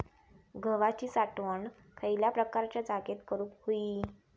गव्हाची साठवण खयल्या प्रकारच्या जागेत करू होई?